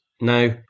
Now